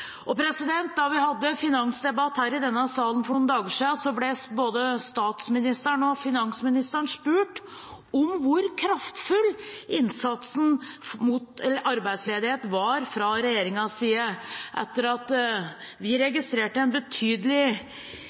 offensiv regjering. Da vi hadde finansdebatt i denne salen for noen dager siden, ble både statsministeren og finansministeren spurt om hvor kraftfull innsatsen mot arbeidsledighet var fra regjeringens side – etter at vi hadde registrert en betydelig